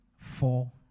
Four